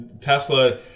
Tesla